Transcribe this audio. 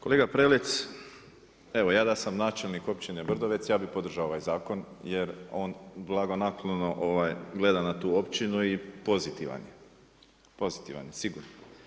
Kolega Prelec, evo ja da sam načelnik Općine Brdovec ja bi podržao ovaj zakon jer on blagonaklono gleda na tu općinu i pozitivan je sigurno.